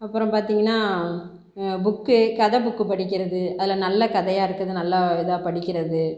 அப்புறம் பார்த்தீங்கன்னா புக்கு கதை புக் படிக்கிறது அதில் நல்ல கதையாக இருக்கிறது நல்ல இதாக படிக்கிறது